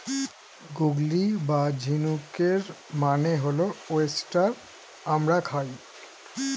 গুগলি বা ঝিনুকের মানে হল ওয়েস্টার আমরা খাই